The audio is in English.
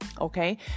Okay